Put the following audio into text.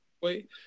wait